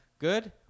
good